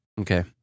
Okay